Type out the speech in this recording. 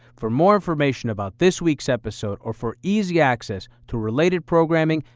for more information about this week's episode, or for easy access to related programming,